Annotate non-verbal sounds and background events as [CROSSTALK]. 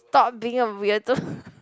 stop being a weirdo [BREATH]